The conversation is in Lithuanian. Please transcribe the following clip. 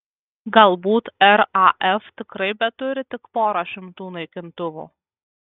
galbūt raf tikrai beturi tik porą šimtų naikintuvų